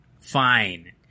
fine